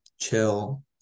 chill